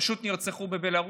פשוט נרצחו בבלרוס.